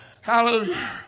Hallelujah